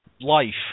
life